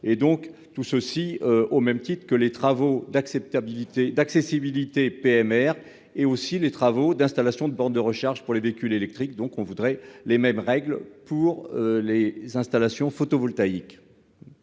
tout ceci au même titre que les travaux d'acceptabilité d'accessibilité PMR et aussi les travaux d'installation de bornes de recharge pour les véhicules électriques, donc on voudrait les mêmes règles pour les installations photovoltaïques.